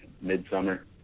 midsummer